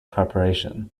preparation